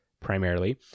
primarily